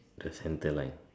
just center line